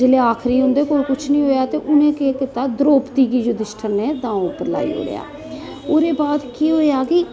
जिसले आखिरी उंदे कोल कुछ नेईं होया ते उनें केह् कीता द्रौपदी गी युदिष्टर ने दी उप्पर लाई ओड़ेआ ओहदे बाद केह् होआ कि